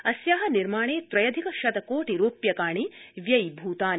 अस्या निर्माणे त्र्यधिक शत कोटि रूप्यकाणि व्ययीभूतानि